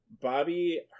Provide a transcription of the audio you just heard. Bobby